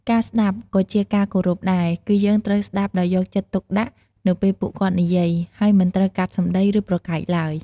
ការស្ដាប់ក៏ជាការគោរពដែរ គឺយើងត្រូវស្ដាប់ដោយយកចិត្តទុកដាក់នៅពេលពួកគាត់និយាយ ហើយមិនត្រូវកាត់សម្ដី ឬប្រកែកឡើយ។